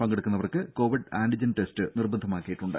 പങ്കെടുക്കുന്നവർക്ക് covid antigen test നിർബന്ധമാക്കിയിട്ടുണ്ട്